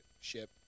ship